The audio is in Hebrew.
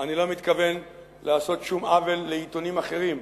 אני לא מתכוון לעשות שום עוול לעיתונים אחרים,